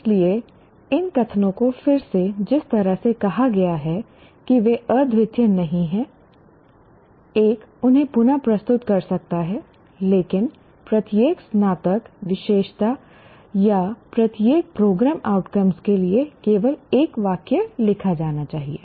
इसलिए इन कथनों को फिर से जिस तरह से कहा गया है कि वे अद्वितीय नहीं हैं एक उन्हें पुन प्रस्तुत कर सकता है लेकिन प्रत्येक स्नातक विशेषता या प्रत्येक प्रोग्राम आउटकम्स के लिए केवल एक वाक्य लिखा जाना चाहिए